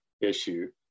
issue